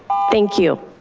thank you.